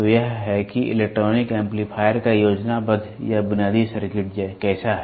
तो यह है कि इलेक्ट्रॉनिक एम्पलीफायर का योजनाबद्ध या बुनियादी सर्किट कैसा है